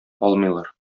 алмыйлар